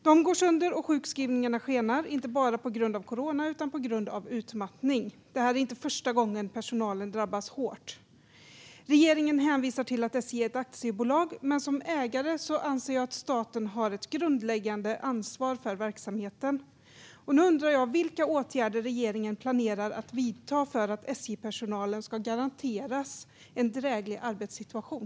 De går sönder, och sjukskrivningarna skenar, inte bara på grund av corona utan på grund av utmattning. Det är inte första gången personalen drabbas hårt. Regeringen hänvisar till att SJ är ett aktiebolag, men jag anser att staten som ägare har ett grundläggande ansvar för verksamheten. Nu undrar jag: Vilka åtgärder planerar regeringen att vidta för att SJ-personalen ska garanteras en dräglig arbetssituation?